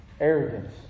Arrogance